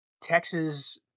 Texas